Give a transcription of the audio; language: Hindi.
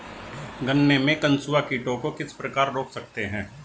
गन्ने में कंसुआ कीटों को किस प्रकार रोक सकते हैं?